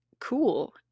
cool